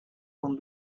con